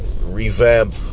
revamp